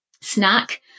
snack